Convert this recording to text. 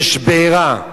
יש בעירה.